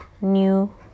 new